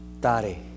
Tare